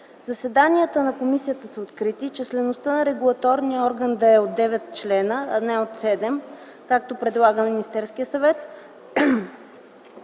заседанията на комисията да са открити; числеността на регулаторния орган да е от девет члена, а не от седем, както предлага Министерският съвет,